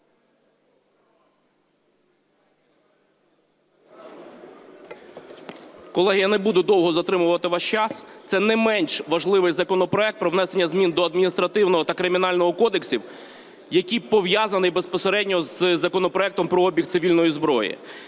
Колеги, я не буду довго затримувати ваш час. Це не менш важливий законопроект про внесення змін до Адміністративного та Кримінального кодексів, які пов'язані безпосередньо з законопроектом про обіг цивільної зброї.